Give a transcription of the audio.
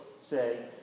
say